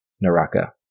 naraka